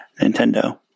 nintendo